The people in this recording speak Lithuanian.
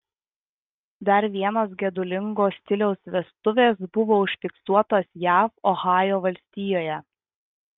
dar vienos gedulingo stiliaus vestuvės buvo užfiksuotos jav ohajo valstijoje